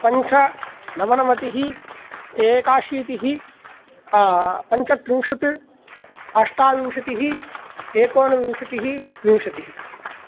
पञ्च नवनवतिः एकाशीतिः पञ्चत्रिंशत् अष्टाविंशतिः एकोनविंशतिः विंशतिः